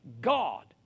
God